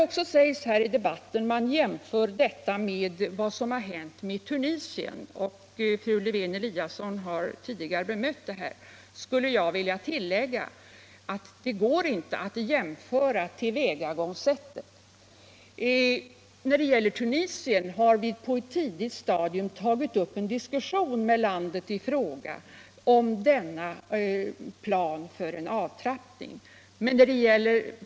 I debatten har Cuba jämförts med Tunisien. Fru Lewén-Eliasson har tidigare bemött detta, och jag vill tillägga att det går inte att jämföra avvecklingen av biståndsanslaget till Tunisien med den minskning av anslaget till Cuba som föreslås i mittenpartireservationen. Med Tunisien har vi på ett tidigt stadium tagit upp en diskussion om en plan för avtrappning.